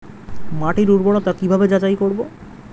মাটির উর্বরতা কি ভাবে যাচাই করব?